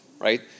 right